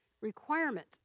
requirement